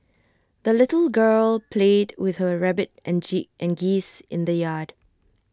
the little girl played with her rabbit and G and geese in the yard